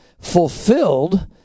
fulfilled